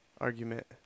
argument